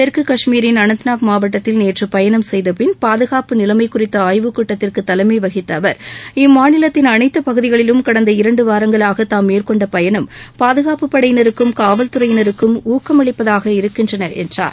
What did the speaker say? தெற்கு காஷ்மீரின் அனந்நநாக் மாவட்டத்தில் நேற்று பயணம் செய்தபின் பாதுகாப்பு நிலைமை குறித்த ஆய்வுக்கூட்டத்திற்க தலைமை வகித்த அவர் இம்மாநிலத்தின் அனைத்து பகுதிகளிலும் கடந்த இரண்டு வாரங்களாக தாம் மேற்கொண்ட பயணம் பாதுகாப்பு படையினருக்கும் காவல்துறையினருக்கும் மேற்கொண்ட நடவடிக்கைகள் ஊக்கமளிப்பதாக இருக்கின்றன என்றார்